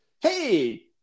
Hey